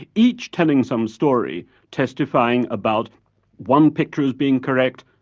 ah each telling some story testifying about one picture as being correct,